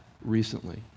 recently